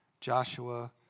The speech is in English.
Joshua